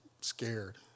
scared